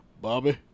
Bobby